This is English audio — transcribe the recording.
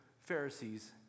Pharisees